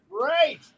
great